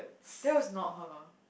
that was not her